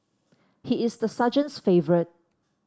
he is the sergeant's favourite